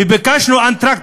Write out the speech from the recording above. וביקשנו entr'acte,